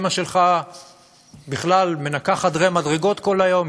אימא שלך בכלל מנקה חדרי מדרגות כל היום,